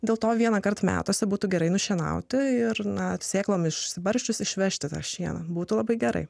dėl to vienąkart metuose būtų gerai nušienauti ir na sėklom išsibarsčius išvežti tą šieną būtų labai gerai